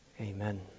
amen